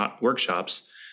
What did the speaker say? workshops